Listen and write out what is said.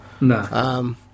No